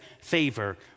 favor